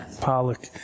Pollock